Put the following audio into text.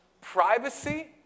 Privacy